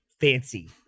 fancy